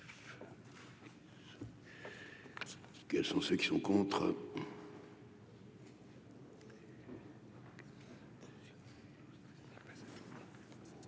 Quels sont ceux qui sont contre.